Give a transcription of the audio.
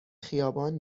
خیابان